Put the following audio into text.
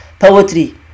poetry